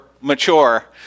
mature